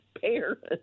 parents